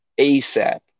ASAP